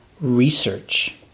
research